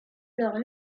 leurs